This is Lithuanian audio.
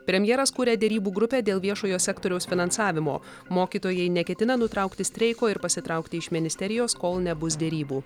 premjeras kuria derybų grupę dėl viešojo sektoriaus finansavimo mokytojai neketina nutraukti streiko ir pasitraukti iš ministerijos kol nebus derybų